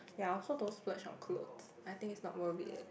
ya I also don't splurge on clothes I think it's not worth it